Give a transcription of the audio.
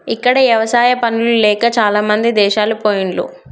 ఇక్కడ ఎవసాయా పనులు లేక చాలామంది దేశాలు పొయిన్లు